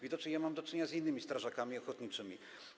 Widocznie ja mam do czynienia z innymi strażakami ochotniczymi.